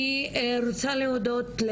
אני רוצה להודות,